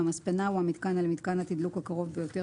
מהמספנה או המיתקן אל מיתקן התדלוק הקרוב ביותר